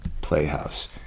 playhouse